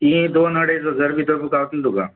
ती दोन अडेज हजार भितर गावतली तुका